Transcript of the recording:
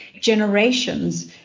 generations